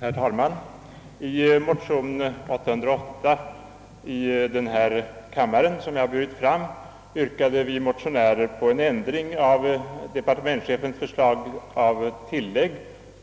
Herr talman! I motion II: 888, likalydande med motion 1I:723, som jag burit fram yrkar vi motionärer på en ändring av departementschefens förslag om tillägg